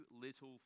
little